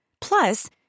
Plus